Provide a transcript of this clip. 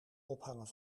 ophangen